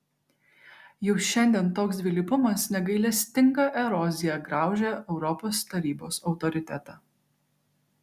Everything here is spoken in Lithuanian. jau šiandien toks dvilypumas negailestinga erozija graužia europos tarybos autoritetą